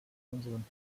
unseren